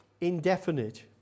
indefinite